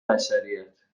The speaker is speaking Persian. بشریت